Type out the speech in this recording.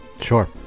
sure